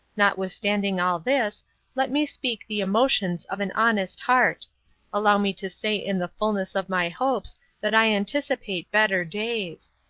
notwithstanding all this, let me speak the emotions of an honest heart allow me to say in the fullness of my hopes that i anticipate better days.